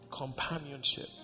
Companionship